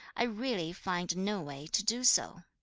i really find no way to do so